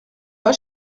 pas